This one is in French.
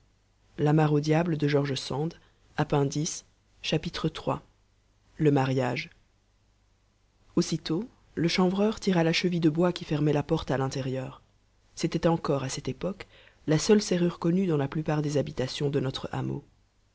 iii le mariage aussitôt le chanvreur tira la cheville de bois qui fermait la porte à l'intérieur c'était encore à cette époque la seule serrure connue dans la plupart des habitations de notre